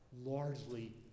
largely